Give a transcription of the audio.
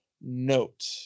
note